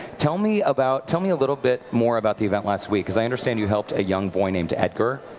tell me about tell me a little bit more about the event last week, because i understand you helped a young boy named edgar.